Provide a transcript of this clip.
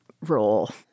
role